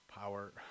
power